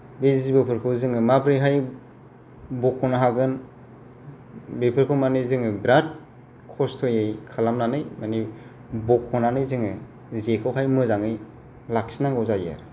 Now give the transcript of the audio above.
बे जिबौफोरखौ जोङो माब्रैहाय बखनो हागोन बेफोरखौ माने जोङो बेराद खस्थ'यै खालामनानै माने बखनानै जोङो जेखौहाय जोङो मोजाङै लाखिनांगौ जायो आरो